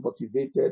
motivated